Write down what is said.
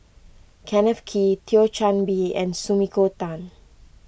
Kenneth Kee Thio Chan Bee and Sumiko Tan